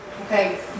Okay